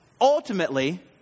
ultimately